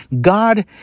God